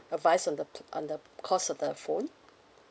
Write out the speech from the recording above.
advise on the p~ on the cost of the phone